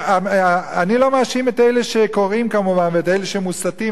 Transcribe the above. אני לא מאשים את אלה שקוראים ואת אלה שמוסתים,